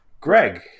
Greg